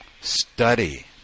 study